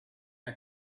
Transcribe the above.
are